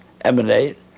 emanate